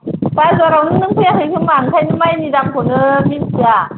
बाजारावनो नों फैयाखै खोमा ओंकायनो मायनि दामखौनो मिनथिया